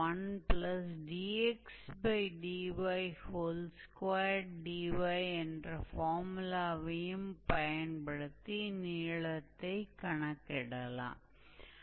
हमें यह निर्धारित करना होगा कि लिमिट्स क्या हैं और अगर दी गई कर्व पैरामीट्रिक रूप में हैं